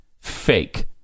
fake